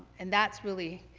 and that's really,